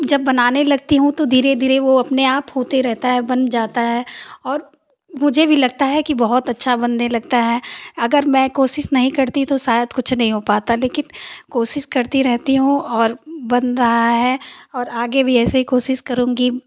जब बनाने लगती हूँ तो धीरे धीरे वो अपने आप होते रहता है बन जाता है और मुझे भी लगता है कि बहुत अच्छा बनने लगता है अगर में कोशिश नहीं करती तो शायद कुछ नहीं हो पाता लेकिन कोशिश करती रहती हूँ और बन रहा है और आगे भी ऐसे ही कोशिश करूंगी